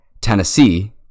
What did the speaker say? Tennessee